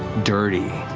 dirty,